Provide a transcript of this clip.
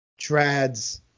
trads